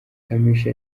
kamichi